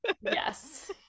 yes